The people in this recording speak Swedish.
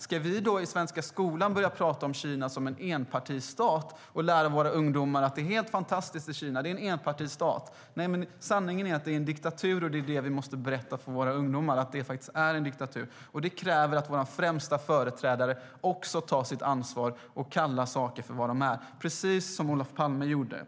Ska vi i svenska skolan börja prata om Kina som en enpartistat och lära våra ungdomar att det är helt fantastiskt i Kina, för det är en enpartistat? Sanningen är ju att det är en diktatur, och vi måste berätta för våra ungdomar att det är en diktatur. Det kräver att vår främsta företrädare också tar sitt ansvar och kallar saker det de är - precis som Olof Palme gjorde.